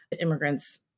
Immigrants